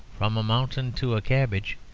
from a mountain to a cabbage,